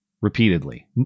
repeatedly